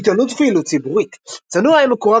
עיתונות ופעילות ציבורית צנוע היה מקורב